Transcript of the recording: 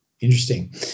Interesting